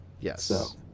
yes